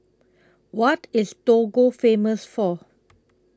What IS Togo Famous For